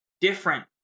different